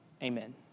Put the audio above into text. Amen